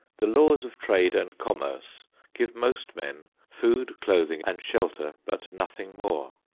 the laws of trade and commerce give most men food, clothing and shelter but nothing more.